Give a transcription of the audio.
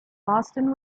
boston